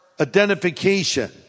identification